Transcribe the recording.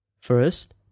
First